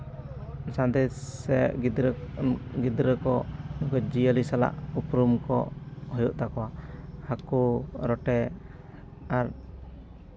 ᱥᱟᱸᱫᱮᱥ ᱥᱮ ᱜᱤᱫᱽᱨᱟᱹ ᱜᱤᱫᱽᱨᱟᱹ ᱠᱚ ᱡᱤᱵ ᱡᱤᱭᱟᱹᱞᱤ ᱥᱟᱞᱟᱜ ᱩᱯᱨᱩᱢ ᱠᱚ ᱦᱩᱭᱩᱜ ᱛᱟᱠᱚᱣᱟ ᱦᱟᱹᱠᱩ ᱨᱚᱴᱮ ᱟᱨ